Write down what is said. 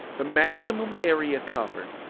the maximum area covered,